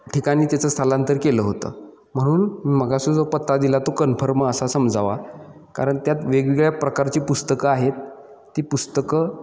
ठिकाणी त्याचं स्थालांतर केलं होतं म्हणून मी मघाचा जो पत्ता दिला तो कन्फर्म असा समजावा कारण त्यात वेगवेगळ्या प्रकारची पुस्तकं आहेत ती पुस्तकं